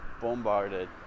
bombarded